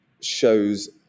shows